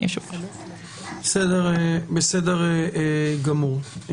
בסדר גמור.